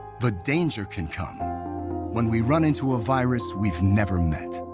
the danger can come when we run into a virus we've never met.